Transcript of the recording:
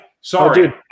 Sorry